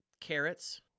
carrots